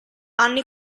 anni